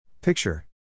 Picture